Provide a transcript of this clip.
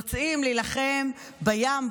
יוצאים להילחם בים,